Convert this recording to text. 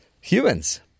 Humans